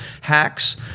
Hacks